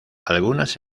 algunas